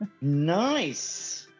nice